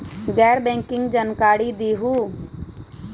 गैर बैंकिंग के जानकारी दिहूँ?